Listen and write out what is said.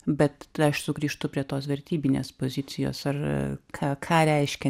bet aš sugrįžtu prie tos vertybinės pozicijos ar ką ką reiškia